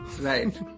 Right